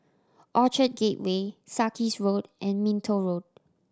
Orchard Gateway Sarkies Road and Minto Road